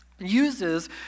uses